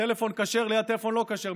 טלפון כשר ליד טלפון לא כשר,